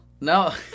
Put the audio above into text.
No